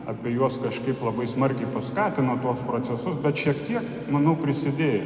apie juos kažkaip labai smarkiai paskatino tuos procesus bet šiek tiek manau prisidėjo